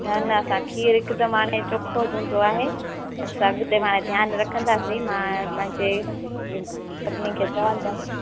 न न असां खीरु हिकदमि माने चोखो ज हूंदो आहे असां अॻिते माना ध्यानु रखंदासीं मां असांजे सभिनी खे चवंदमि